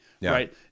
right